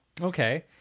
okay